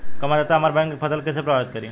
कम आद्रता हमार बैगन के फसल के कइसे प्रभावित करी?